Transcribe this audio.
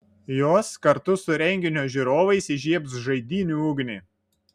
jos kartu su renginio žiūrovais įžiebs žaidynių ugnį